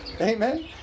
Amen